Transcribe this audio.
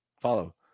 follow